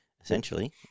essentially